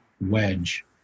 wedge